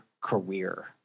career